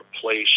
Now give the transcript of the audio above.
place